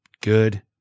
Good